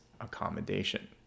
accommodation